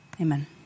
Amen